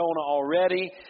already